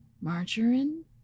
margarine